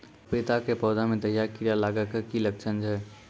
पपीता के पौधा मे दहिया कीड़ा लागे के की लक्छण छै?